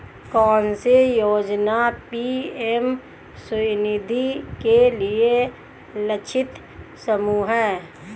कौन सी योजना पी.एम स्वानिधि के लिए लक्षित समूह है?